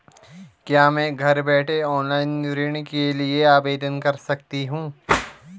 क्या मैं घर बैठे ऑनलाइन ऋण के लिए आवेदन कर सकती हूँ?